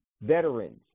veterans